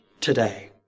today